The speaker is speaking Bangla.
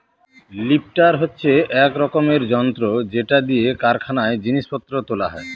লিফ্টার হচ্ছে এক রকমের যন্ত্র যেটা দিয়ে কারখানায় জিনিস পত্র তোলা হয়